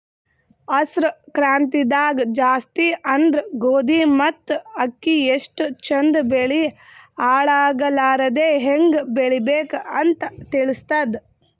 ಹಸ್ರ್ ಕ್ರಾಂತಿದಾಗ್ ಜಾಸ್ತಿ ಅಂದ್ರ ಗೋಧಿ ಮತ್ತ್ ಅಕ್ಕಿ ಎಷ್ಟ್ ಚಂದ್ ಬೆಳಿ ಹಾಳಾಗಲಾರದೆ ಹೆಂಗ್ ಬೆಳಿಬೇಕ್ ಅಂತ್ ತಿಳಸ್ತದ್